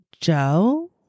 Joe